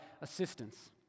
assistance